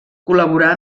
col·laborà